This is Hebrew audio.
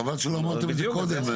חבל שלא אמרתם את זה קודה.